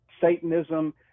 Satanism